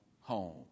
home